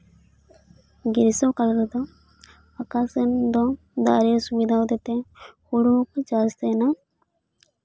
ᱜᱨᱤᱥᱚᱠᱟᱞ ᱨᱮᱫᱚ ᱚᱠᱟ ᱥᱮᱱ ᱫᱚ ᱫᱟᱜ ᱨᱮᱭᱟᱜ ᱥᱩᱵᱤᱫᱷᱟ ᱦᱚᱛᱮᱫ ᱛᱮ ᱦᱩᱲᱩ ᱠᱚ ᱪᱟᱥ ᱛᱟᱦᱮᱱᱟ